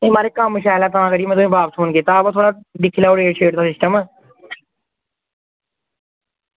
म्हाराज कम्म शैल ऐ में तां करियै बापस फोन कीता हा दिक्खी लैओ रेट दा सिस्टम